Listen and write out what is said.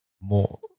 more